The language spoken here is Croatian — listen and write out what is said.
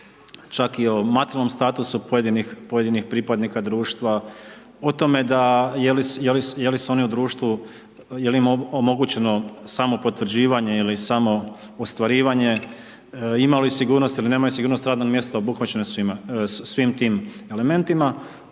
čak i o materijalnom statusu pojedinih pripadnika društva, o tome da, je li se oni u društvu, jel im omogućeno samopotvrđivanje ili samoostvarivanje, ima li sigurnost ili nemaju sigurnost na radnom mjesto, obuhvaćeno je svime, svim tim elementima.